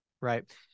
Right